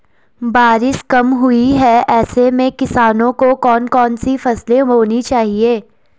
बारिश कम हुई है ऐसे में किसानों को कौन कौन सी फसलें बोनी चाहिए?